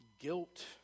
guilt